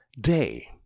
day